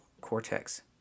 cortex